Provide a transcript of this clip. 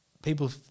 People